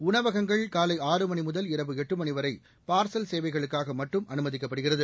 உணவசகங்கள் காலை ஆறு மணி முதல் இரவு எட்டு மணி வரை பார்சல் சேவைகளுக்காக மட்டும் அனுமதிக்கப்படுகிறது